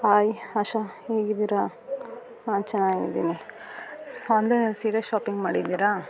hi Asha ಹೇಗಿದ್ದೀರಾ ನಾನು ಚೆನ್ನಾಗಿದ್ದೀನಿ ಆನ್ಲೈನಲ್ಲಿ ಸೀರೆ ಶಾಪಿಂಗ್ ಮಾಡಿದ್ದೀರಾ